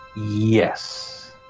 yes